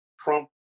Trump